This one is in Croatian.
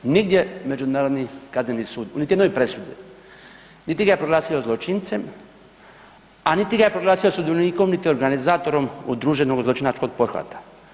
Nigdje Međunarodni kazneni sud u niti jednoj presudi niti ga je proglasio zločincem, a niti ga je proglasio sudionikom niti organizatorom udruženog zločinačkog pothvata.